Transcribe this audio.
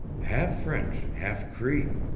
half french, half cree.